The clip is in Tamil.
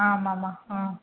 ஆமாம்மா ஆ